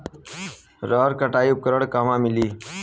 रहर कटाई उपकरण कहवा मिली?